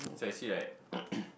so you see right